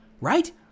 right